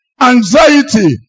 anxiety